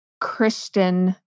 Christian